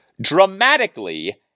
dramatically